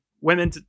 women